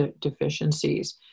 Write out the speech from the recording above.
deficiencies